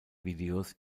videos